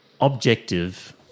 objective